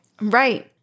Right